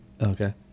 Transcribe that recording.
okay